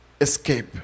escape